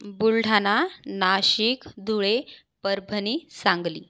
Buldhana Nashik Dhule Parbhani Sangli